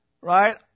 right